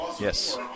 Yes